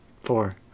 four